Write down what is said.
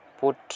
put